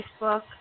Facebook